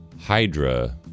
Hydra